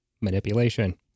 manipulation